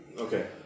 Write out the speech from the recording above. Okay